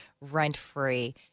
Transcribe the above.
rent-free